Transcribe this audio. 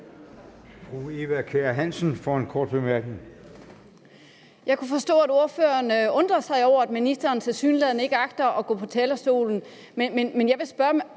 Jeg kunne forstå, at ordføreren undrede sig over, at ministeren tilsyneladende ikke agter at gå på talerstolen. Men jeg vil spørge